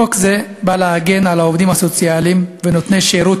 חוק זה בא להגן על העובדים הסוציאליים ונותני שירות